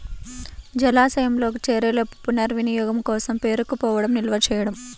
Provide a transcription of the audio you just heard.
జలాశయంలోకి చేరేలోపు పునర్వినియోగం కోసం పేరుకుపోవడం నిల్వ చేయడం